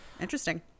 interesting